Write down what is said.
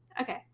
Okay